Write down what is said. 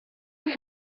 have